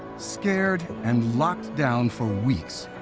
scared, and locked down for weeks,